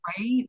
Right